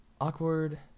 Awkward